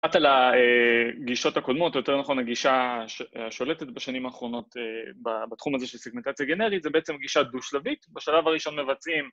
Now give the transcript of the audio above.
קצת על הגישות הקודמות, או יותר נכון, הגישה השולטת בשנים האחרונות בתחום הזה של סיגנטציה גנרית, זה בעצם גישה דו-שלבית, בשלב הראשון מבצעים...